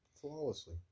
Flawlessly